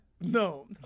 No